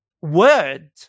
word